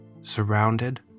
surrounded